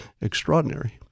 extraordinary